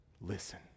Listen